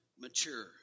mature